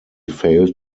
failed